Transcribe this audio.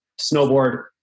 snowboard